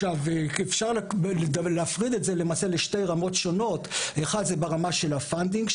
אפשר להפריד את זה למעשה לשתי רמות שונות: אחד ברמה של ה-funding,